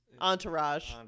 entourage